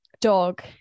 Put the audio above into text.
dog